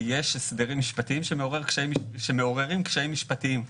יש הסדרים משפטיים שמעוררים קשיים משפטיים,